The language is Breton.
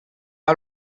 all